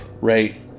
right